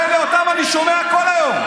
מילא, אותם אני שומע כל היום.